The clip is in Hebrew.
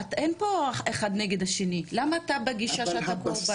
אין פה אחד נגד השני, למה אתה בגישה שאתה הקורבן?